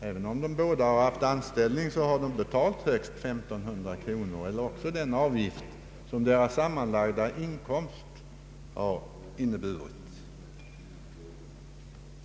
även om båda makarna har anställning, har de betalt högst 1500 kronor tillsammans eller den avgift som deras sammanlagda inkomst har inneburit.